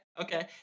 okay